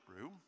room